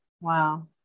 Wow